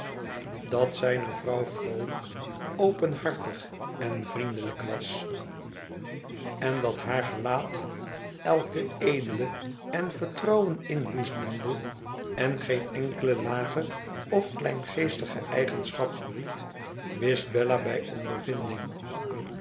dat zijne vrouw vroolijk openhartig en vriendelijk was en dat haar gelaat elke edele en vertrouwen inboezemende en geene enkele lage of kleingeestige eigenschap verried wist bella bij ondervinding